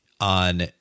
on